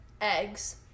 Eggs